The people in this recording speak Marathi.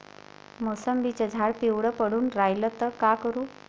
मोसंबीचं झाड पिवळं पडून रायलं त का करू?